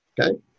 okay